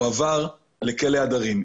הועבר לכלא הדרים.